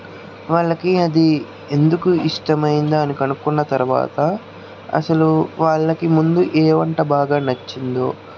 వాళ్ళకి అది ఎందుకు ఇష్టం అయ్యింది అని అనుకున్న తర్వాత అసలు వాళ్ళకి ముందు ఏవంట బాగా నచ్చింది